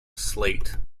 slate